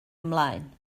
ymlaen